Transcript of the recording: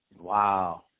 Wow